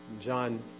John